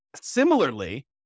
Similarly